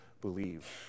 believe